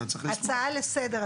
הצעה לסדר,